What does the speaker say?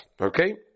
Okay